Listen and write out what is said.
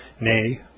nay